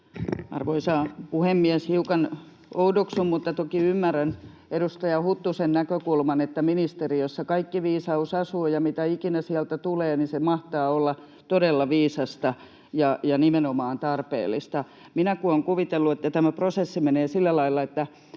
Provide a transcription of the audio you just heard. Arvoisa puhemies! Hiukan oudoksun mutta toki ymmärrän edustaja Huttusen näkökulman, että ministeriössä kaikki viisaus asuu ja mitä ikinä sieltä tulee, niin se mahtaa olla todella viisasta ja nimenomaan tarpeellista. Minä kun olen kuvitellut, että tämä prosessi menee sillä lailla, että